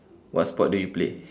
what sport do you play